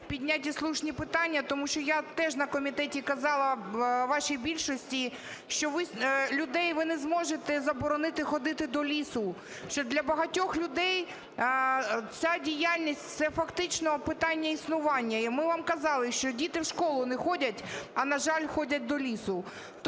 підняті слушні питання, тому що я теж на комітеті казала вашій більшості, що ви людям не зможете заборонити ходити до лісу, що для багатьох людей ця діяльність – це фактично питання існування. І ми вам казали, що діти в школу не ходять, а, на жаль, ходять до лісу.